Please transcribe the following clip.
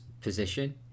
position